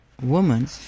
woman